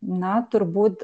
na turbūt